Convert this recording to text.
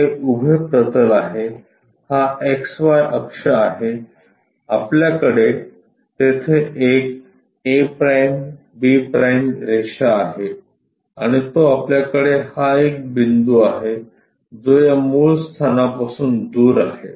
हे उभे प्रतल आहे हा एक्स वाय अक्ष आहे आपल्याकडे तेथे एक a'b' रेषा आहे आणि आपल्याकडे हा एक बिंदू आहे जो या मूळ स्थानापासून दूर आहे